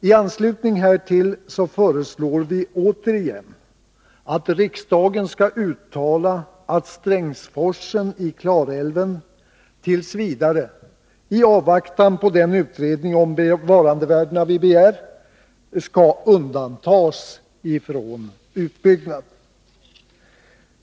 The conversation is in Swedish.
I anslutning härtill föreslår vi återigen att riksdagen skall uttala att Strängsforsen i Klarälven t. v. — i avvaktan på den utredning om bevarandevärdena som vi begär — skall undantas från utbyggnad.